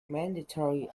mandatory